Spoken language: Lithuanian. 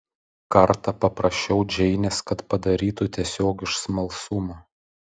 kartą paprašiau džeinės kad padarytų tiesiog iš smalsumo